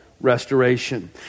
restoration